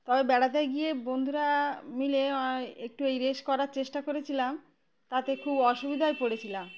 তবে বেড়াতে গিয়ে বন্ধুরা মিলে একটু এই রেস করার চেষ্টা করেছিলাম তাতে খুব অসুবিধায় পড়েছিলাম